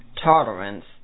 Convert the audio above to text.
tolerance